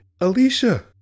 Alicia